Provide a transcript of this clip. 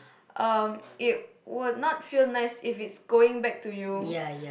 um it will not feel nice if it's going back to you